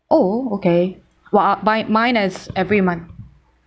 oh okay well I by mine is every month